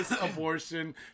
abortion